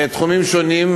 בתחומים שונים,